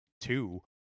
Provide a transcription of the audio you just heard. two